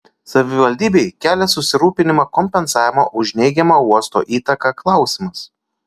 savivaldybei kelia susirūpinimą kompensavimo už neigiamą uosto įtaką klausimas